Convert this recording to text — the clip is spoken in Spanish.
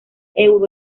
euro